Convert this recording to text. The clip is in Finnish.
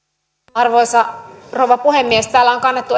arvoisa rouva puhemies täällä on kannettu